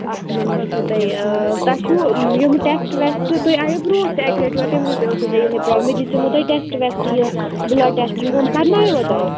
اَکھ مِنَٹ رُکِو تُہۍ آ تۄہہِ چھُ یِم ٹیٚسٹہٕ ویٚسٹہٕ تُہۍ آییوٕ برٛونٛہہ تہِ اَکہِ لَٹہِ یور تَمہِ وِزِ تہِ ٲسوٕ تۄہہِ یٖی پرٛابلِم مےٚ دِژیٚومَو تۄہہِ ٹیٚسٹہٕ ویٚسٹہٕ یہِ بُلَڈ ٹیٚسٹہٕ یِم کَرنایو تۄہہِ